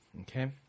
Okay